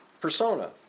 persona